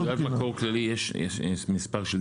בתעודת מקור כללית יש מספר שלדה?